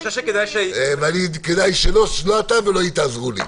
אני חושב שכדאי --- כדאי שלא אתה ולא היא תעזרו לי.